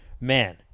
Man